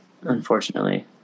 Unfortunately